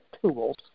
tools